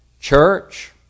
church